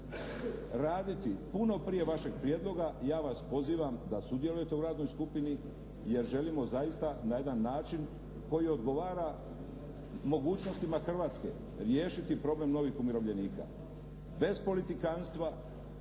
raditi puno prije vašeg prijedloga ja vas pozivam da sudjelujete u radnoj skupini jer želimo zaista na jedan način koji odgovara mogućnostima Hrvatske riješiti problem novih umirovljenika. Bez politikanstva,